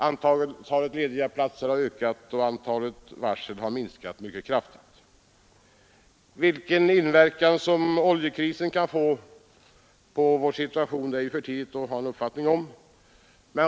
Antalet lediga platser har ökat och antalet varsel har minskat mycket kraftigt. Vilken inverkan oljekrisen kan få på situationen, det är för tidigt att ha någon uppfattning om.